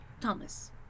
Thomas